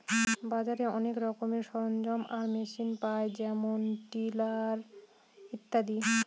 বাজারে অনেক রকমের সরঞ্জাম আর মেশিন পায় যেমন টিলার ইত্যাদি